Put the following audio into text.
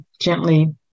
gently